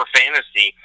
fantasy